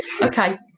Okay